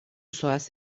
zoaz